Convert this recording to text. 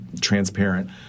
transparent